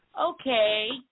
Okay